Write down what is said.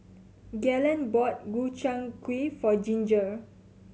Galen bought Gobchang Gui for Ginger